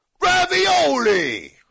Ravioli